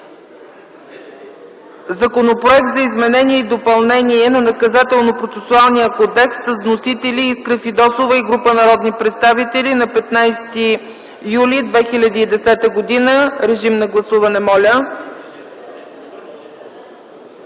Законопроекта за изменение и допълнение на Наказателно-процесуалния кодекс с вносители Искра Фидосова и група народни представители от 15 юли 2010 г. Гласували